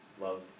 Love